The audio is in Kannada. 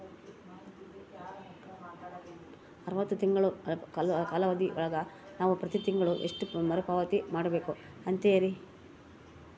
ಅರವತ್ತು ತಿಂಗಳ ಕಾಲಾವಧಿ ಒಳಗ ನಾವು ಪ್ರತಿ ತಿಂಗಳು ಎಷ್ಟು ಮರುಪಾವತಿ ಮಾಡಬೇಕು ಅಂತೇರಿ?